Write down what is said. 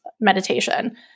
meditation